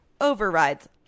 overrides